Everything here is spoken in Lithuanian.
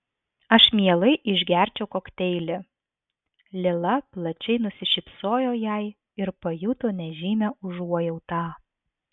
aš mielai išgerčiau kokteilį lila plačiai nusišypsojo jai ir pajuto nežymią užuojautą